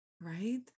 right